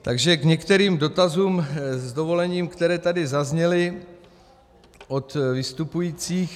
Takže k některým dotazům, s dovolením, které tady zazněly od vystupujících.